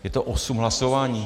Je to osm hlasování!